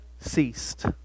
ceased